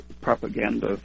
propaganda